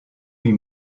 huit